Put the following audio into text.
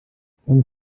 san